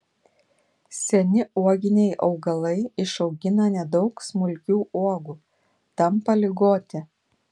seni uoginiai augalai išaugina nedaug smulkių uogų tampa ligoti